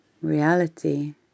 reality